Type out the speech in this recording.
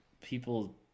people